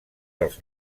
dels